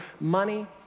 money